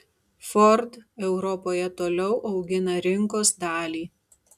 ford europoje toliau augina rinkos dalį